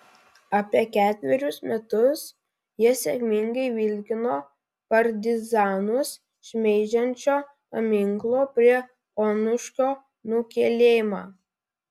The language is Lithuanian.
apie ketverius metus jie sėkmingai vilkino partizanus šmeižiančio paminklo prie onuškio nukėlimą